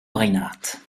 reinhardt